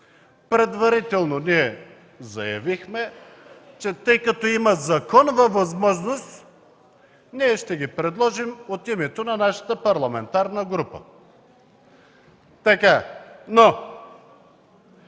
Предварително заявихме, тъй като има законова възможност, че ще ги предложим от името на нашата парламентарна група.